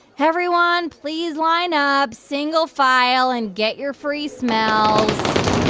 everyone, please line up single file and get your free smells.